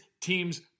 teams